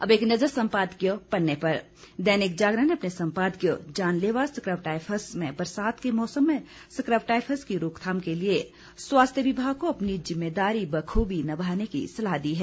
अब एक नज़र संपादकीय पन्ने पर दैनिक जागरण ने अपने संपादकीय जानलेवा स्क्रब टायफस में बरसात के मौसम में स्क्रब टायफस की रोकथाम के लिए स्वास्थ्य विभाग को अपनी जिम्मेदारी बखूबी निभाने की सलाह दी है